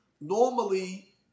normally